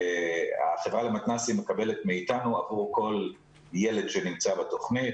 החברה למתנ"סים מקבלת מאיתנו עבור כל ילד שנמצא בתוכנית,